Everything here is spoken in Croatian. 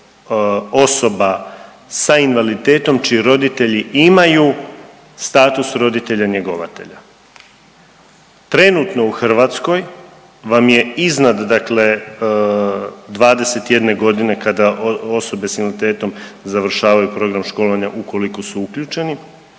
osoba sa invaliditetom čiji roditelji imaju status roditelja njegovatelja. Trenutno u Hrvatskoj vam je iznad 21 godine kada osobe s invaliditetom završavaju program školovanja ukoliko su uključeni,